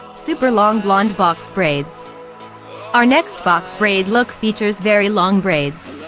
super long blonde box braids our next box braid look features very long braids.